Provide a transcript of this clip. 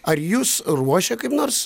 ar jus ruošia kaip nors